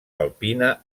alpina